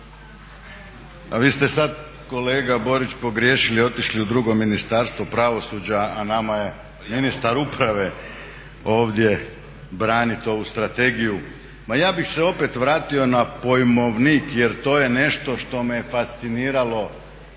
A vi ste sad kolega Borić pogriješili i otišli u drugo Ministarstvo pravosuđa, a nama je ministar uprave ovdje braniti ovu strategiju. Ma ja bih se opet vratio na pojmovnik jer to je nešto što me fasciniralo